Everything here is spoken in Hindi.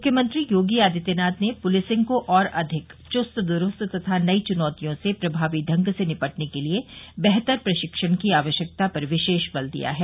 मुख्यमंत्री योगी आदित्यनाथ ने पुलिसिंग को और अधिक चुस्त दुरूस्त तथा नई चुनौतियों से प्रमावी ढंग से निपटने के लिए बेहतर प्रशिक्षण की आवश्यकता पर विशेष बल दिया है